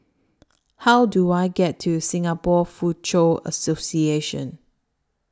How Do I get to Singapore Foochow Association